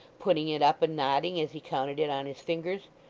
putting it up, and nodding, as he counted it on his fingers.